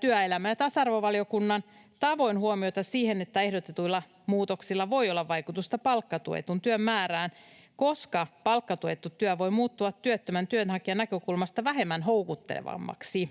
työelämä- ja tasa-arvovaliokunnan tavoin huomiota siihen, että ehdotetuilla muutoksilla voi olla vaikutusta palkkatuetun työn määrään, koska palkkatuettu työ voi muuttua työttömän työnhakijan näkökulmasta vähemmän houkuttelevaksi.